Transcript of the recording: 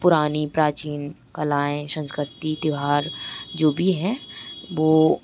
पुरानी प्राचीन कलाएँ संस्कृति त्यौहार जो भी हैं वो